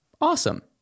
Awesome